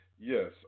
Yes